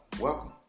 welcome